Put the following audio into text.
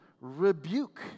rebuke